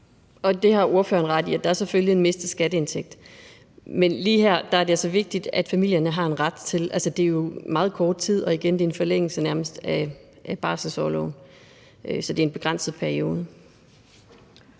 Det har ordføreren ret i, altså at der selvfølgelig er en mistet skatteindtægt. Men lige her er det altså vigtigt, at familierne har en ret. Det er jo meget kort tid, og igen vil jeg sige, at det jo nærmest er en forlængelse af barselsorloven, så det er en begrænset periode.